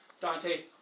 Dante